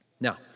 Now